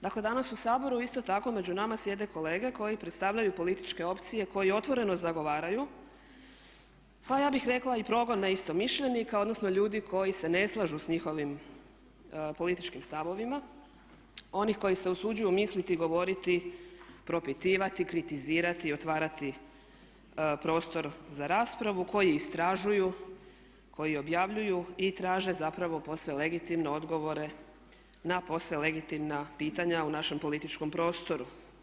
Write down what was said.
Dakle danas u Saboru isto tako među nama sjede kolege koji predstavljaju političke opcije koji otvoreno zagovaraju pa ja bih rekla i progon neistomišljenika odnosno ljudi koji se ne slažu sa njihovim političkim stavovima, oni koji se usuđuju misliti i govoriti, propitivat, kritizirati i otvarati prostor za raspravu, koji istražuju, koji objavljuju i traže zapravo posve legitimno odgovore na posve legitimna pitanja u našem političkom prostoru.